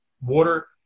water